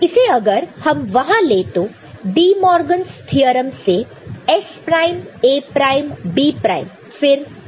इसे अगर हम वहां ले तो डीमोरगनस थ्योरम DeMorgans theorem से S prime A prime B prime फिर S A B